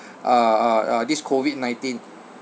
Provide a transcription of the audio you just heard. uh uh uh this COVID nineteen